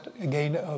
again